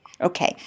Okay